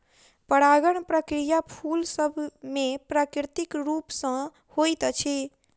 परागण प्रक्रिया फूल सभ मे प्राकृतिक रूप सॅ होइत अछि